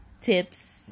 tips